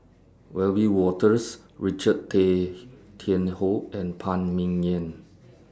Wiebe Wolters Richard Tay Tian Hoe and Phan Ming Yen